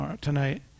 tonight